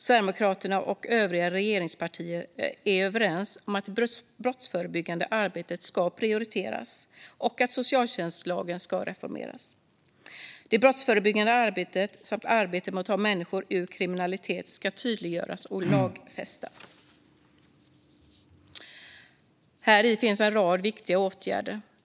Sverigedemokraterna och övriga regeringspartier är överens om att det brottsförebyggande arbetet ska prioriteras och att socialtjänstlagen ska reformeras. Det brottsförebyggande arbetet och arbetet med att ta människor ur kriminalitet ska tydliggöras och lagfästas. Häri finns en rad viktiga åtgärder.